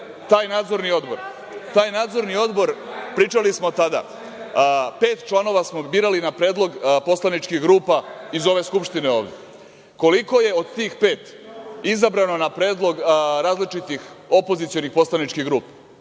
taj Nadzorni odbor, pričali smo tada, pet članova smo birali na predlog poslaničkih grupa iz ove Skupštine ovde. Koliko je od tih pet izabrano na predlog različitih opozicionih poslaničkih grupa?